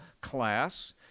class